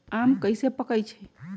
आम कईसे पकईछी?